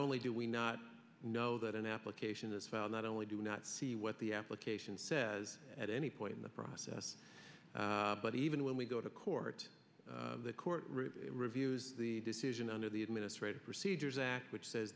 only do we not know that an application is found not only do not see what the application says at any point in the process but even when we go to court the court reviews the decision under the administrative procedures act which says